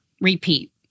repeat